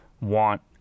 want